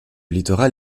littoral